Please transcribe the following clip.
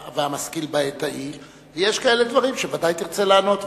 "והמשכיל בעת ההיא" ויש כאלה דברים שבוודאי תרצה לענות,